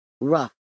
rough